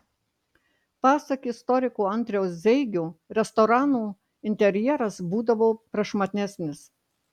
pasak istoriko andriaus zeigio restoranų interjeras būdavo prašmatnesnis